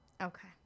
okay